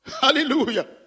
Hallelujah